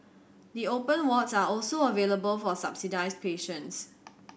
the open wards are also available for subsidised patients